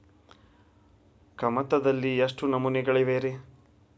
ಕಮತದಲ್ಲಿ ಎಷ್ಟು ನಮೂನೆಗಳಿವೆ ರಿ?